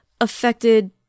affected